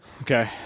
Okay